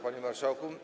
Panie Marszałku!